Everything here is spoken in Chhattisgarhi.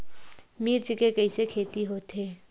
मिर्च के कइसे खेती होथे?